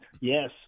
Yes